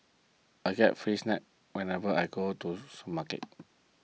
I get free snacks whenever I go to market